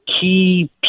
key